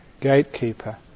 gatekeeper